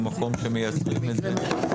במקום שמייצרים את זה,